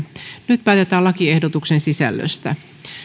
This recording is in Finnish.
nyt päätetään lakiehdotusten sisällöstä